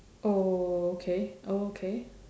oh okay oh okay